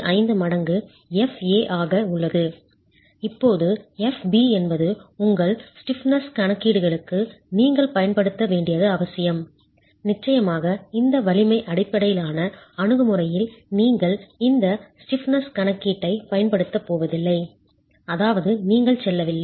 25 மடங்கு Fa ஆக உள்ளது இப்போது Fb என்பது உங்கள் ஸ்டிப்ப்பினஸ் கணக்கீடுகளுக்கு நீங்கள் பயன்படுத்த வேண்டியது அவசியம் நிச்சயமாக இந்த வலிமை அடிப்படையிலான அணுகுமுறையில் நீங்கள் இந்த ஸ்டிப்ப்பினஸ் கணக்கீட்டைப் பயன்படுத்தப் போவதில்லை அதாவது நீங்கள் செல்லவில்லை